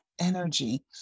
energy